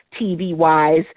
TV-wise